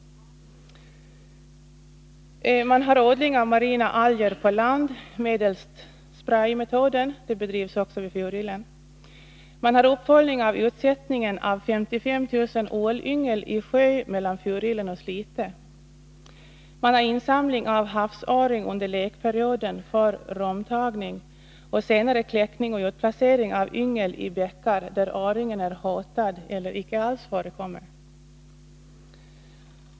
Odling medelst spraymetoden av marina alger på land bedrivs vid Furillen. Uppföljning pågår av utsättningen av 55 000 ålyngel i sjö mellan Furillen och Slite. Insamling förekommer av havsöring under lekperioden för romtagning och senare kläckning och utplacering av yngel i bäckar där öringen är hotad eller ej alls förekommer.